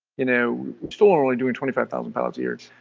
you know still and only doing twenty five thousand pilots a year,